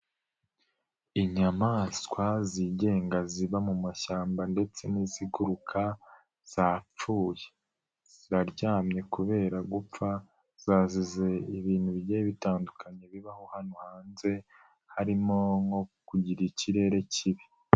Inyamaswa zigenga ziba mumashyamba ndetse n'iziguruka zapfuye, ziraryamye kubera gupfa, zazize ibintu bigiye bitandukanye bibaho hano hanze, harimo nko kugira ikirere kibi.